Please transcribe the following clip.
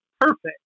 Perfect